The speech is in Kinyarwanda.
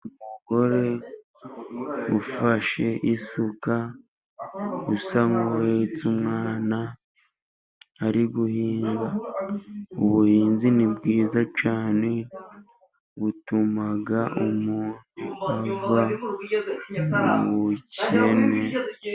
Umugore ufashe isuka usa nkuhetse umwana ari guhinga. Ubuhinzi ni bwiza cyane butuma umuntu ava mu bukene.